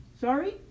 Sorry